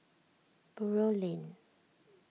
Buroh Lane